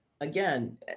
again